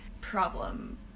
problem